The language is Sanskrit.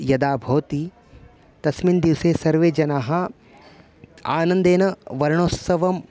यदा भवति तस्मिन् दिवसे सर्वे जनाः आनन्देन वर्णोत्सवं